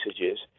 messages